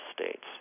states